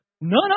none